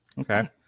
Okay